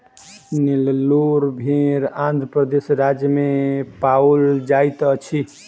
नेल्लोर भेड़ आंध्र प्रदेश राज्य में पाओल जाइत अछि